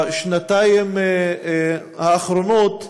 בשנתיים האחרונות,